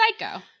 Psycho